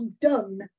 done